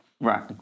Right